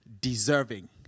deserving